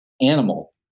animal